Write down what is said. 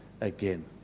again